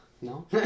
No